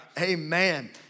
amen